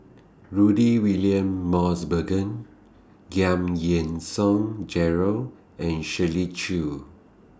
Rudy William Mosbergen Giam Yean Song Gerald and Shirley Chew